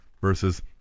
versus